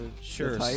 sure